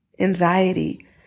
Anxiety